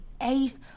eighth